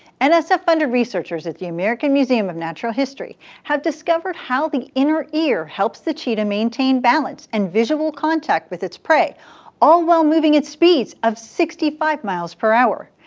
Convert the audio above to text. and so nsf-funded researchers at the american museum of natural history have discovered how the inner ear helps the cheetah maintain balance and visual contact with its prey all while moving at speeds of sixty five miles per hour.